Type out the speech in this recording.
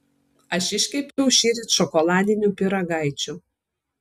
aš iškepiau šįryt šokoladinių pyragaičių